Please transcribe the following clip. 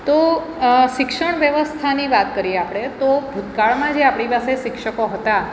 તો શિક્ષણ વ્યવસ્થાની વાત કરીએ આપણે તો ભૂતકાળમાં જે આપણી પાસે શિક્ષકો હતા